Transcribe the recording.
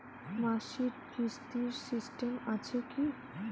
মাসিক কিস্তির সিস্টেম আছে কি?